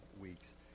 weeks